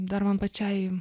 dar man pačiai